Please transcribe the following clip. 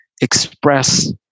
express